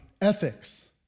Ethics